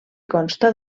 consta